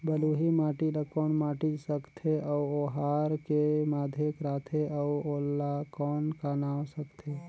बलुही माटी ला कौन माटी सकथे अउ ओहार के माधेक राथे अउ ओला कौन का नाव सकथे?